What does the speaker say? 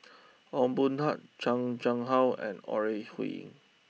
Ong Boon Tat Chan Chang how and Ore Huiying